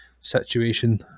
situation